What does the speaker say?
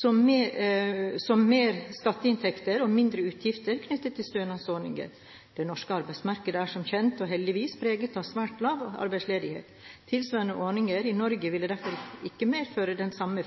som mer i skatteinntekter og mindre utgifter knyttet til stønadsordninger. Det norske arbeidsmarkedet er som kjent – og heldigvis – preget av svært lav arbeidsledighet. Tilsvarende ordninger i Norge ville derfor ikke medført den samme